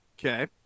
Okay